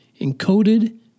encoded